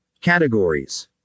categories